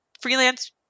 freelance